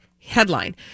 Headline